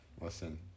Listen